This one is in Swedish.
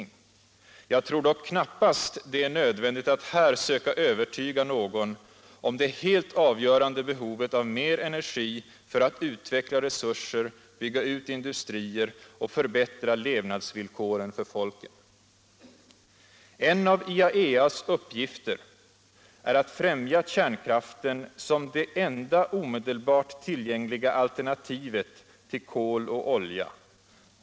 Jag Allmänpolitisk debatt Allmänpolitisk debatt tror dock knappast det är nödvändigt att här söka övertyga någon om det helt avgörande behovet av mer energi för att utveckla resurser, bygga ut industrier och förbättra levnadsvillkoren för folken. En av IAEA:s uppgifter är att främja kärnkraften som det enda omedelbart tillgängliga alternativet till kol och olja.